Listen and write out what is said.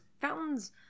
Fountains